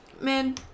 man